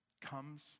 comes